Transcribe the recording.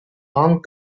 long